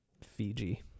Fiji